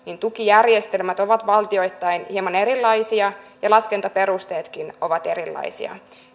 tukijärjestelmät ovat valtioittain hieman erilaisia ja laskentaperusteetkin ovat erilaisia